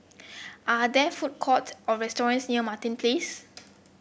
are there food courts or restaurants near Martin Place